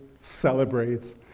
celebrates